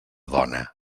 dona